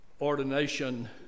ordination